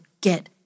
get